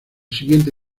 siguiente